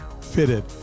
fitted